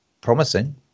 promising